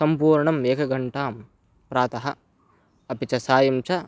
सम्पूर्णम् एक गण्टां प्रातः अपि च सायं च